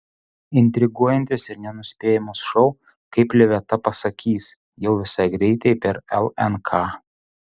intriguojantis ir nenuspėjamas šou kaip liveta pasakys jau visai greitai per lnk